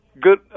Good